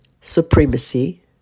supremacy